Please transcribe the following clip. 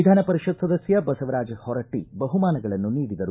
ವಿಧಾನ ಪರಿಷತ್ ಸದಸ್ಯ ಬಸವರಾಜ ಹೊರಟ್ಟ ಬಹುಮಾನಗಳನ್ನು ನೀಡಿದರು